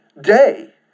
day